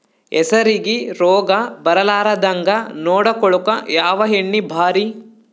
ಹೆಸರಿಗಿ ರೋಗ ಬರಲಾರದಂಗ ನೊಡಕೊಳುಕ ಯಾವ ಎಣ್ಣಿ ಭಾರಿ?